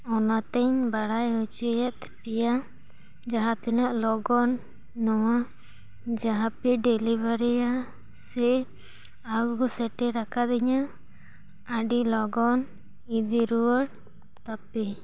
ᱚᱱᱟᱛᱮᱧ ᱵᱟᱲᱟᱭ ᱦᱚᱪᱚᱭᱮᱫ ᱯᱮᱭᱟ ᱡᱟᱦᱟᱸ ᱛᱤᱱᱟᱜ ᱞᱚᱜᱚᱱ ᱱᱚᱣᱟ ᱡᱟᱦᱟᱸ ᱯᱮ ᱰᱮᱞᱤᱵᱷᱟᱨᱤᱭᱟ ᱥᱮ ᱟᱹᱜᱩ ᱥᱮᱨᱮᱴ ᱟᱠᱟᱫᱤᱧᱟᱹ ᱟᱹᱰᱤ ᱞᱚᱜᱚᱱ ᱤᱫᱤᱨᱩᱭᱟ ᱲ ᱛᱟᱯᱮ